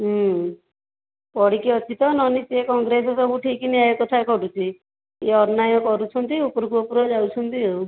ପଡ଼ିକି ଅଛି ତ ନହେଲେ କଂଗ୍ରେସ୍ ସବୁ ଠିକ୍ ନ୍ୟାୟ କଥା କରୁଛି ଇଏ ଅନ୍ୟାୟ କରୁଛନ୍ତି ଉପରକୁ ଉପରକୁ ଯାଉଛନ୍ତି ଆଉ